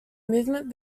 movement